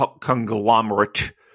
conglomerate